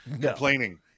complaining